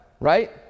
right